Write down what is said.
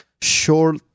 short